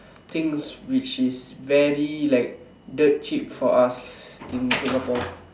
things which is very like dirt cheap for us in Singapore